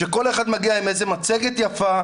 שכל אחד מגיע עם איזו מצגת יפה,